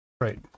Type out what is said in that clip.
right